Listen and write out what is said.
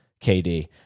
KD